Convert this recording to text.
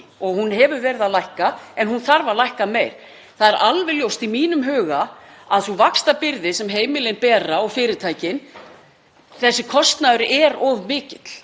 Hún hefur verið að lækka en hún þarf að lækka meir. Það er alveg ljóst í mínum huga að sú vaxtabyrði sem heimilin bera og fyrirtækin — þessi kostnaður er of mikill.